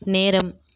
நேரம்